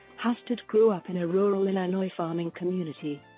hastert grew up in a rural illinois farming community.